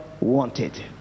wanted